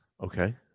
Okay